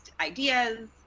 ideas